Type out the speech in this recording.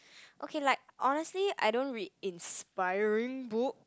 okay like honesty I don't not read inspiring book